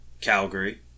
Calgary